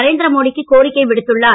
நரேநதிர மோடிக்கு கோரிக்கை விடுத்துள்ளார்